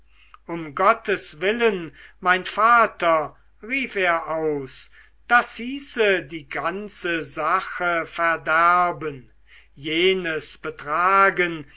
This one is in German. um gottes willen mein vater rief er aus das hieße die ganze sache verderben jenes betragen